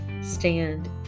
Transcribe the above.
stand